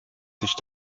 sich